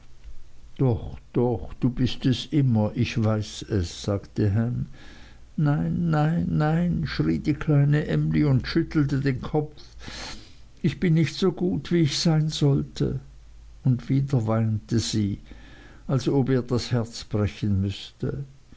doch doch bist es immer ich weiß es sagte ham nein nein nein schrie die kleine emly und schüttelte den kopf ich bin nicht so gut wie ich sein sollte und wieder weinte sie als ob ihr das herz brechen müßte